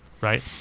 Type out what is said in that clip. right